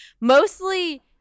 Mostly